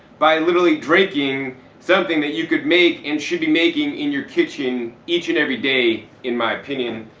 by literally drinking something that you could make and should be making in your kitchen each and every day, in my opinion.